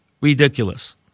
ridiculous